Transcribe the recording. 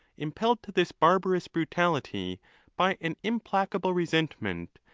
impelled to this barbarous brutality by an im placable resentment,